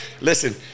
listen